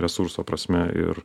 resurso prasme ir